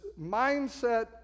mindset